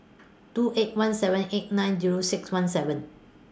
two eight one seven eight nine Zero six one seven